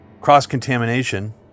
cross-contamination